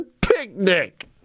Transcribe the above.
picnic